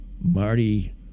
Marty